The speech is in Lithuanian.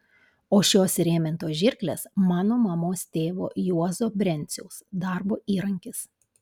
o šios įrėmintos žirklės mano mamos tėvo juozo brenciaus darbo įrankis